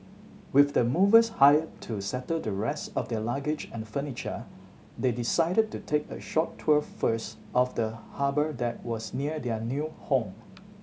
with the movers hired to settle the rest of their luggage and furniture they decided to take a short tour first of the harbour that was near their new home